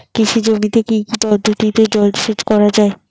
কৃষি জমিতে কি কি পদ্ধতিতে জলসেচ করা য়ায়?